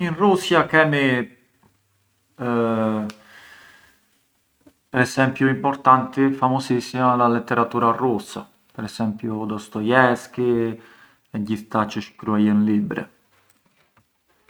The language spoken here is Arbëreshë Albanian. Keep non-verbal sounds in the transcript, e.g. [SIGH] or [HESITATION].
In Russia kemi [HESITATION] per esempiu importanti, famosissima la letteratura russa, per esempiu Dostoevskij e gjithë këta çë shkruajën libre.